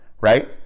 right